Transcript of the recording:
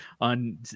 on